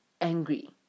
angry